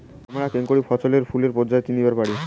হামরা কেঙকরি ফছলে ফুলের পর্যায় চিনিবার পারি?